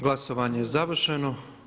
Glasovanje je završeno.